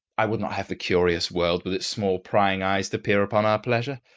i would not have the curious world with its small prying eyes to peer upon our pleasure.